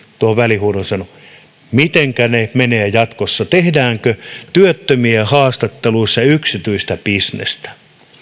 tuohon välihuudon sanoi mitenkä ne menevät jatkossa tehdäänkö työttömien haastatteluissa yksityistä bisnestä